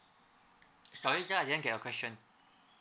sorry sir I didn't get your question